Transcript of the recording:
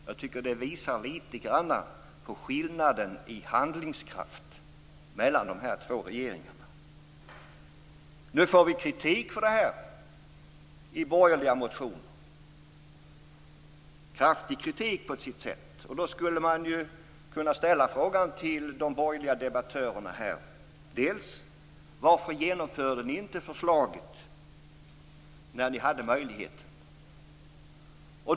Jag tycker att det visar litet grand på skillnaden i handlingskraft mellan de två regeringarna. Nu får vi kritik för detta i borgerliga motioner. Det är på sitt sätt kraftig kritik. Då kan man ställa frågan till de borgerliga debattörerna: Varför genomförde ni inte förslaget när ni hade möjlighet?